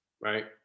right